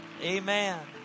Amen